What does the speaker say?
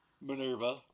Minerva